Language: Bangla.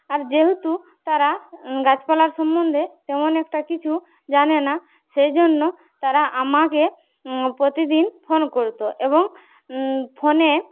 আর যেহেতু তারা গাছপালার সম্বন্ধে তেমন একটা কিছু জানে না সেই জন্য তারা আমাকে প্রতিদিন ফোন করতো এবং ফোনে